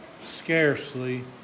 scarcely